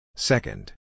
Second